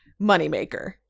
moneymaker